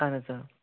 اہن حظ آ